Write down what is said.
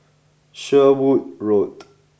Sherwood Road